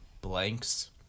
blanks